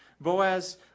Boaz